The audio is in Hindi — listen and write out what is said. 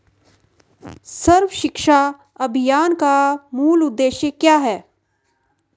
सर्व शिक्षा अभियान का मूल उद्देश्य क्या है?